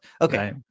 Okay